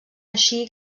així